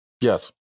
Yes